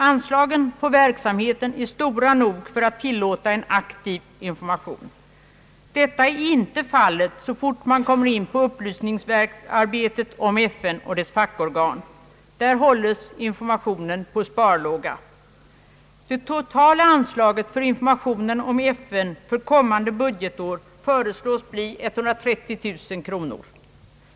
Anslagen till verksamheten är stora nog för att tillåta en aktiv information. Detta är inte fallet så fort man kommer in på upplysningsarbetet om FN och dess fackorgan. Där hålles informationen på sparlåga. bli 130 000 kronor.